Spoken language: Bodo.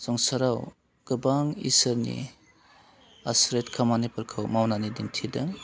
संसाराव गोबां ईसोरनि आसरिथ खामानिफोरखौ मावनानै दिन्थिदों